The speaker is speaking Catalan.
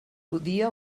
podia